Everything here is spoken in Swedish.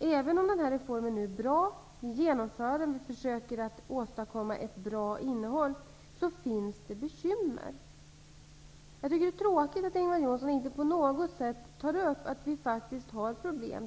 även om den här reformen är bra, vi genomför den och försöker åstadkomma ett bra innehåll, så finns det bekymmer. Jag tycker det är tråkigt att Ingvar Johnsson inte på något sätt tar upp detta att vi faktiskt har problem.